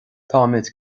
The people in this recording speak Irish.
táimid